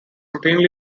routinely